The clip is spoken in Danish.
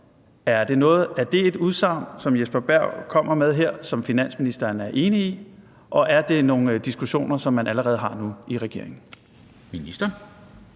er det udsagn, som Jesper Berg kommer med her, et udsagn, som finansministeren er enig i, og er det nogle diskussioner, som man allerede har nu i regeringen?